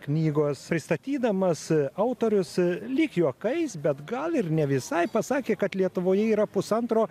knygos pristatydamas autorius lyg juokais bet gal ir ne visai pasakė kad lietuvoje yra pusantro